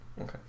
Okay